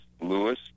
Lewis